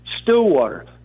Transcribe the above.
stillwater